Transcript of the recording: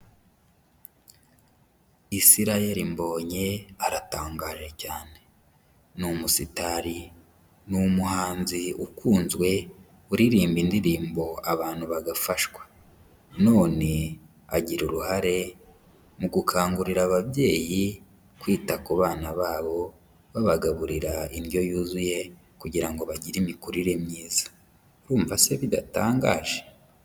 Isirael Mbonyi aratangaje cyane. Ni umusitari, ni numuhanzi ukunzwe, uririmba indirimbo abantu bagafashwa. None agira uruhare mu gukangurira ababyeyi, kwita ku bana babo, babagaburira indyo yuzuye, kugira ngo bagire imikurire myiza. Urumva se bidatangaje?